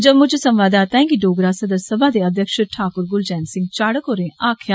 जम्मू च संवाददाताएं गी डोगरा सदर सभा दे अध्यक्ष ठाकुर गुलचैन सिंह चाढ़क होरें आक्खेआ